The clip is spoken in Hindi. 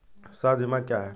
स्वास्थ्य बीमा क्या है?